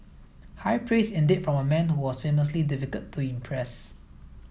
high praise indeed from a man who was famously difficult to impress